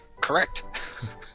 Correct